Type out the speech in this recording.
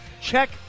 Check